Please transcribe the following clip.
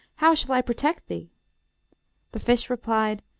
how shall i protect thee the fish replied,